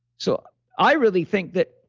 so i really think that